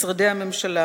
"משרדי הממשלה,